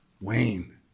Wayne